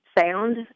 sound